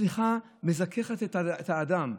סליחה מזככת את האדם.